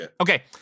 Okay